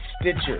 Stitcher